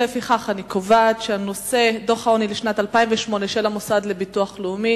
לפיכך אני קובעת שהנושא דוח העוני לשנת 2008 של המוסד לביטוח לאומי